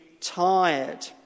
tired